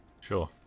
Sure